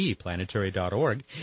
planetary.org